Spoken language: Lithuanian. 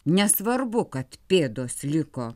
nesvarbu kad pėdos liko